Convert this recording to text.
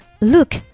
look